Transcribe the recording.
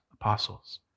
apostles